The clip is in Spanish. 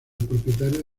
propietario